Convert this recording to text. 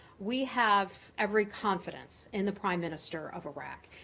we have every confidence in the prime minster of iraq.